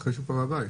אחרי שהוא כבר בבית.